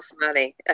funny